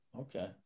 Okay